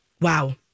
wow